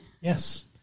Yes